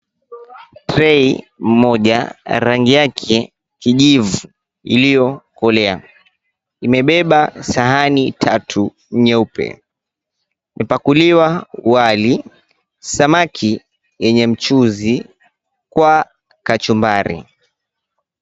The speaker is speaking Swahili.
Treno moja, rangi yake kijivu iliyokolea. Imebeba sahani tatu nyeupe, imepakuliwa wali, samaki yenye mchuzi, kwa kachumbari.